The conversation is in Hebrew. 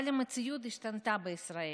אבל המציאות השתנתה בישראל,